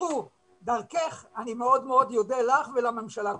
יבוצעו דרכך אני מאוד מאוד אודה אותך וגם לממשלה כולה.